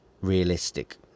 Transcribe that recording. realistic